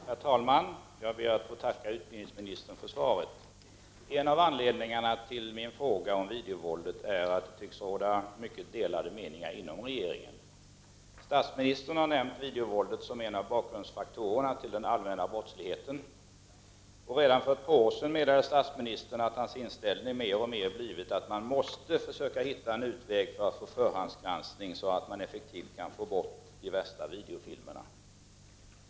Herr talman! Jag ber att få tacka utbildningsministern för svaret. En av anledningarna till min fråga om videovåldet är att det tycks råda mycket delade meningar inom regeringen. Statsministern har nämnt videovåldet som en av bakgrundsfaktorerna till den allmänna brottsligheten, och redan för ett par år sedan meddelade han att hans inställning mer och mer hade blivit den att man måste försöka hitta en utväg för att införa förhandsgranskning, så att man effektivt kan få bort de värsta videofilmerna.